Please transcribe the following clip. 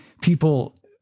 people